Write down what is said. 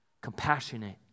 compassionate